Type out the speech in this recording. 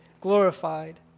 glorified